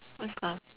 what's up